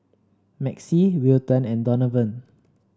Maxie Wilton and Donavan